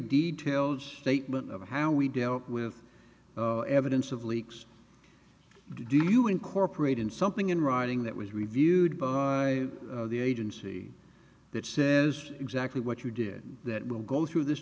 detailed statement of how we dealt with evidence of leaks do you incorporate in something in writing that was reviewed by the agency that says exactly what you did that will go through this